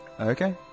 Okay